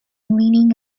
leaning